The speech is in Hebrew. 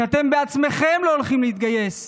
כשאתם בעצמכם לא הולכים להתגייס,